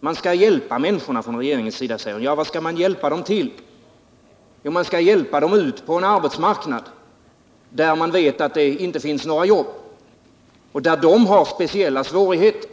Där sägs att man från regeringens sida skall hjälpa - människorna, men jag frågar: Vad skall man hjälpa dem till? Jo, man skall hjälpa dem ut på en arbetsmarknad där man vet att det inte finns några jobb och där de här människorna har speciella svårigheter.